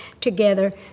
together